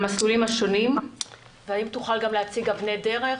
למסלולים השונים והאם תוכל גם להציג אבני דרך?